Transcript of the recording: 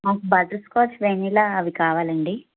నాకు butterscotch vanilla అవి కావాలండి